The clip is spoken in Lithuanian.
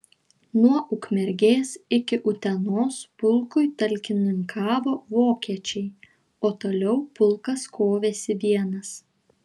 nuo ukmergės iki utenos pulkui talkininkavo vokiečiai o toliau pulkas kovėsi vienas